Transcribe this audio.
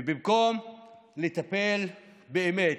ובמקום לטפל באמת